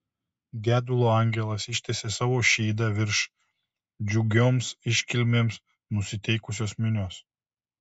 gedulo angelas ištiesė savo šydą virš džiugioms iškilmėms nusiteikusios minios